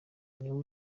niwe